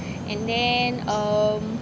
and then um